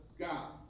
God